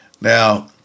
Now